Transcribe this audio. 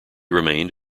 remained